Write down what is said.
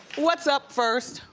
what's up first